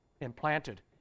implanted